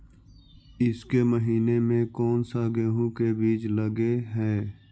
ईसके महीने मे कोन सा गेहूं के बीज लगे है?